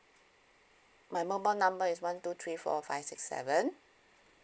my mobile number is one two three four five six seven